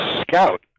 scout